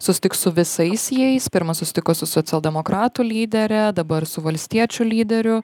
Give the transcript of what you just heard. susitiks su visais jais pirma susitiko su socialdemokratų lydere dabar su valstiečių lyderiu